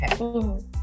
Okay